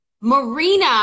Marina